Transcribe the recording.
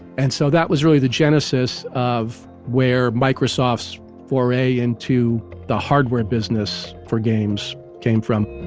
and so that was really the genesis of where microsoft soiree into the hardware business for games came from